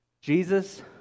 Jesus